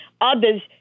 others